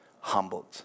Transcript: humbled